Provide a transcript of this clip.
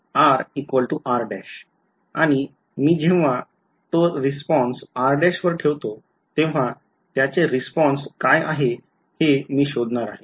r r' आणि मी जेव्हा तो रिस्पॉन्स r वर ठेवतो तेव्हा त्याचे रिस्पॉन्स काय आहे हे मी शोधणार आहे